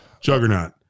Juggernaut